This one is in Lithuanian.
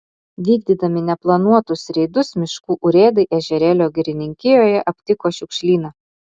vykdydami neplanuotus reidus miškų urėdai ežerėlio girininkijoje aptiko šiukšlyną